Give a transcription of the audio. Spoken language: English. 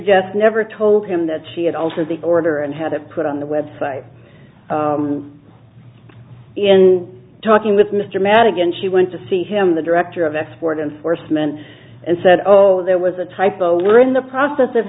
jeffs never told him that she had altered the order and had it put on the website in talking with mr madigan she went to see him the director of export enforcement and said oh there was a typo or in the process of